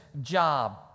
job